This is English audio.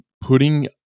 putting